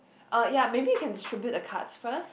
uh yea maybe you can distribute the cards first